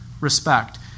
respect